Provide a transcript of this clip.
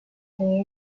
que